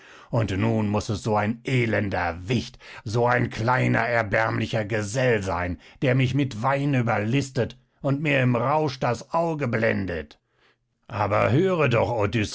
und nun muß es so ein elender wicht so ein kleiner erbärmlicher gesell sein der mich mit wein überlistet und mir im rausch das auge blendet aber höre doch